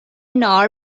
ناهار